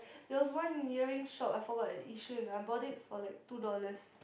there was one earring shop I forgot at Yishun I bought it for like two dollars